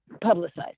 publicized